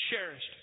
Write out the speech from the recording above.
cherished